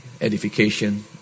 edification